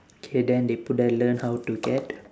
K then they put there learn how to get